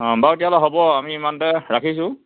অ' বাও তেতিয়াহ'লে হ'ব আমি ইমানতে ৰাখিছোঁ